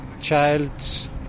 child's